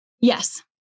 Yes